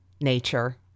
nature